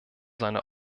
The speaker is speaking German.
seine